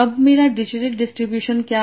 अब मेरा Dirichlet distribution क्या है